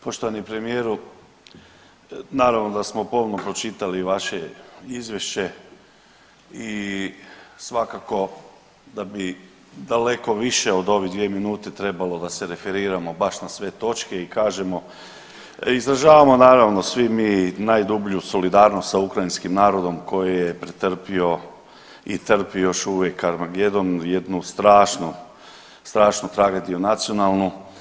Poštovani premijeru, naravno da smo pomno pročitali vaše izvješće i svakako da bi daleko više od ove dvije minute trebalo da se referiramo baš na sve točke i kažemo, izražavamo naravno svi mi najdublju solidarnost sa ukrajinskim narodom koji je pretrpio i trpi još uvijek armagedon, jednu strašnu tragediju nacionalnu.